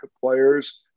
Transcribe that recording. players